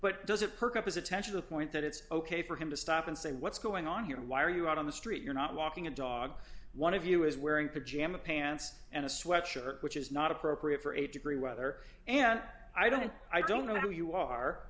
but does it perk up his attention to the point that it's ok for him to stop and say what's going on here why are you out on the street you're not walking a dog one of you is wearing pajama pants and a sweatshirt which is not appropriate for a degree weather and i don't i don't know who you are